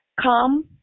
Come